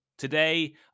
Today